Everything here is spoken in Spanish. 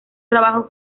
trabajos